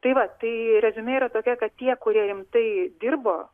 tai va tai reziumė yra tokia kad tie kurie rimtai dirbo